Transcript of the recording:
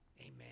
Amen